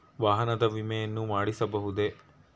ವಾಹನದ ವಿಮೆಯನ್ನು ಮಾಡಿಸಬಹುದೇ?